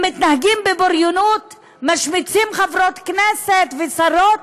הם מתנהגים בבריונות, משמיצים חברות כנסת ושרות,